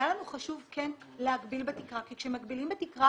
היה לנו חשוב כן להגביל בתקרה כי כשמגבילים בתקרה,